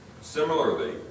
Similarly